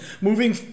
moving